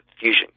fusion